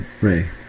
Ray